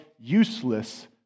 useless